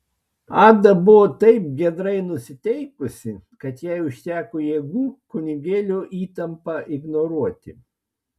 ada buvo taip giedrai nusiteikusi kad jai užteko jėgų kunigėlio įtampą ignoruoti